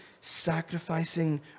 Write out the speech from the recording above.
sacrificing